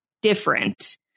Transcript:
different